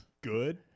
Good